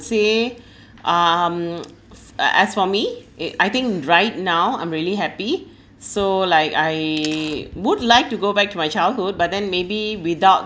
say um f~ uh as for me eh I think right now I'm really happy so like I would like to go back to my childhood but then maybe without